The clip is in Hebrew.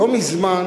לא מזמן